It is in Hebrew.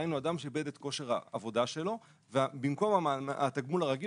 דהיינו אדם שאיבד את כושר העבודה שלו במקום התגמול הרגיל